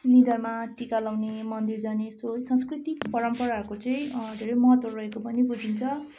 निधारमा टिका लगाउने मन्दिर जाने सोच सांस्कृतिक परम्पराहरूको चाहिँ धेरै महत्त्व रहेको पनि बुझिन्छ